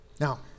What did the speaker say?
now